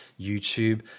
YouTube